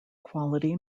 quality